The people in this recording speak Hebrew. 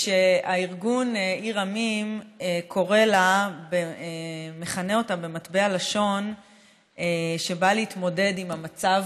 שהארגון עיר עמים מכנה אותה במטבע לשון שבא להתמודד עם המצב